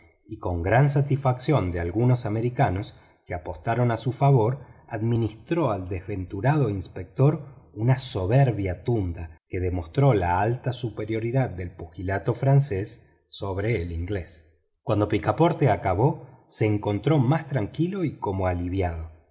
y con gran satisfacción de algunos americanos que apostaron a su favor administró al desventurado inspector una soberbia tunda que demostró la alta superioridad del pugilato francés sobre el inglés cuando picaporte acabó se encontró más tranquilo y como aliviado